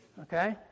Okay